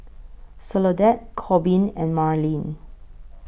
Soledad Korbin and Marlin